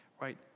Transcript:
right